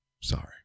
sorry